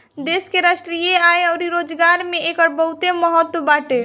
देश के राष्ट्रीय आय अउरी रोजगार में एकर बहुते महत्व बाटे